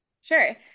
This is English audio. Sure